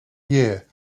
year